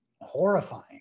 horrifying